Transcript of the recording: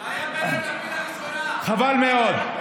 חבל מאוד.